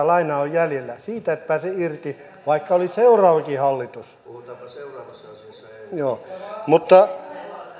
lainaa on jäljellä siitä et pääse irti vaikka olisi seuraavakin hallitus joo mutta